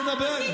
אני מדבר,